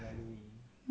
betul tu